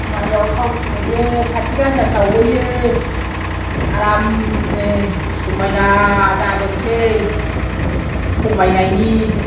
माइयाव थाव फुनहैयो काति गासा सावहैयो आरामनो समायना जाबोनोसै समायनायनि